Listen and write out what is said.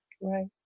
Right